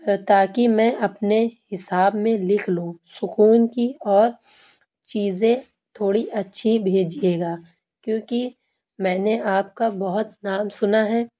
تاکہ میں اپنے حساب میں لکھ لوں سکون کی اور چیزیں تھوڑی اچھی بھیجیے گا کیوںکہ میں نے آپ کا بہت نام سنا ہے